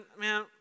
man